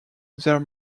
there